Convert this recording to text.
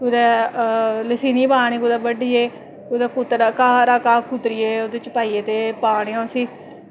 कुदै लसीनी पानी कुदै बड्ढियै कुदै कुतरेआ घाऽ कुतरियै ओह्दे च पाई ओड़ेआ उसी